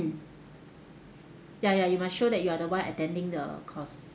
mm ya ya you must show that you are the one attending the course